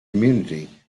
community